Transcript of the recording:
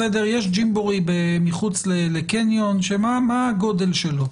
יש ג'ימבורי מחוץ לקניון שמה הגודל שלו?